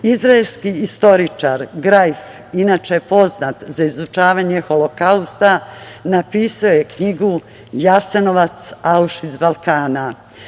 Izraelski istoričar Grajf, inače poznat za izučavanje holokausta, napisao je knjigu "Jasenovac, Aušvic Balkana".